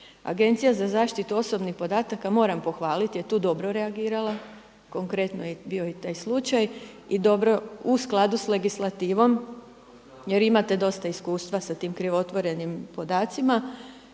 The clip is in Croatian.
Agencija za zaštitu osobnih podataka, moram pohvaliti je tu dobro reagirala, konkretno je bio i taj slučaj i dobro u skladu s legislativom jer imate dosta iskustva sa tim krivotvorenim podacima.